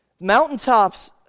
Mountaintops